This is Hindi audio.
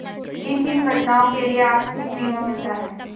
किन किन घटनाओं के लिए आकस्मिक बीमा मिलता है?